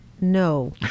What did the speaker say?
no